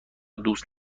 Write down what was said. دوست